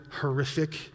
horrific